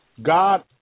God